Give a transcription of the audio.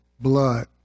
blood